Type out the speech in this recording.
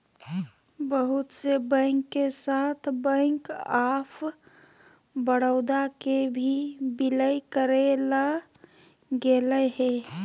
बहुत से बैंक के साथ बैंक आफ बडौदा के भी विलय करेल गेलय हें